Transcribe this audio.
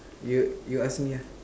you you ask me ah